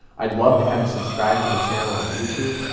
i'd love to have you subscribe to the channel on youtube,